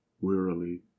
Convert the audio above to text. wearily